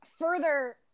further